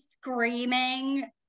screaming